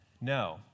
No